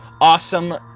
awesome